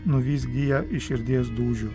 nuvys giją iš širdies dūžių